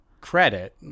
credit